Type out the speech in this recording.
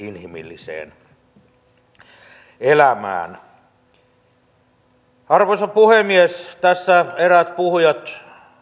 ihmisarvoiseen inhimilliseen elämään toteutuvat arvoisa puhemies tässä eräät puhujat